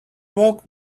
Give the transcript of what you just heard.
walked